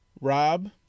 Rob